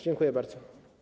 Dziękuję bardzo.